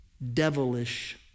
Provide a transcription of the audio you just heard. devilish